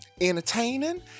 entertaining